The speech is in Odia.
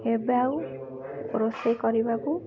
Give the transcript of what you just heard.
ଏବେ ଆଉ ରୋଷେଇ କରିବାକୁ